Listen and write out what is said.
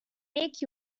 make